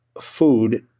food